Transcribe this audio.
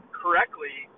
correctly